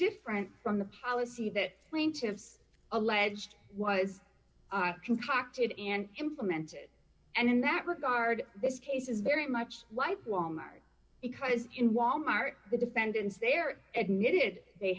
different from the policy that plaintiffs alleged was concocted and implemented and in that regard this case is very much white wal mart because in wal mart the defendants there admitted they